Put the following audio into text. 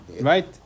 right